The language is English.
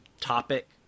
topic